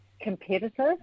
competitive